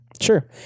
Sure